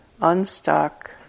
unstuck